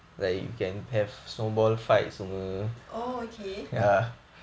oh okay